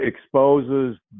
exposes